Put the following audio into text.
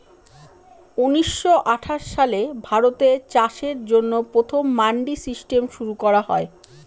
উনিশশো আঠাশ সালে ভারতে চাষের জন্য প্রথম মান্ডি সিস্টেম শুরু করা হয়